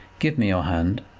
give me your hand.